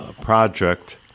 project